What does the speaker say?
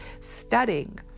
studying